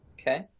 okay